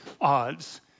odds